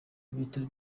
ibitaro